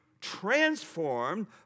transformed